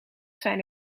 zijn